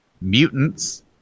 Mutants